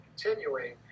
continuing